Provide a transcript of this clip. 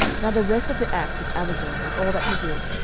now the rest of the acts of abijam, and all that he did,